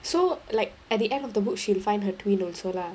so like at the end of the book she find her twin also lah